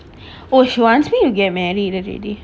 all she wants me to get married already